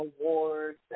awards